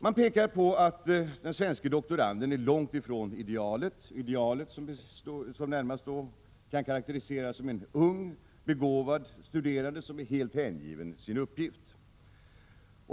Man pekar på att den svenska doktoranden är långt ifrån idealet, som närmast kan karakteriseras som en ung, begåvad studerande, helt hängiven sin uppgift.